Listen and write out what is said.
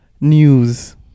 news